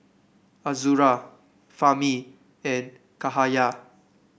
Azura Fahmi and Cahaya